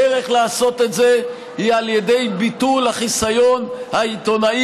הדרך לעשות את זה היא על ידי ביטול החיסיון העיתונאי